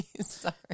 sorry